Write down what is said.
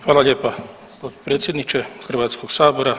Hvala lijepa potpredsjedniče Hrvatskog sabora.